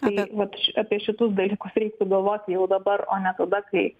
tai vat apie šituos dalykus reiktų galvoti jau dabar o ne tada kai